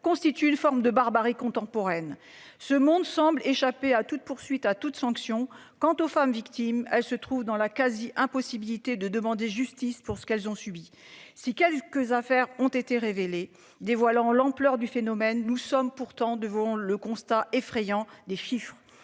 constitue une forme de barbarie contemporaine ce monde semble échapper à toute poursuite à toute sanction. Quant aux femmes victimes, elle se trouve dans la quasi-. Impossibilité de demander justice pour ce qu'elles ont subi. Si quelques affaires ont été. Dévoilant l'ampleur du phénomène. Nous sommes pourtant devant le constat effrayant des chiffres,